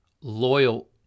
loyal